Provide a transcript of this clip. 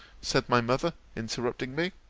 said my mother, interrupting me.